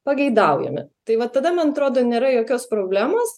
pageidaujame tai va tada man atrodo nėra jokios problemos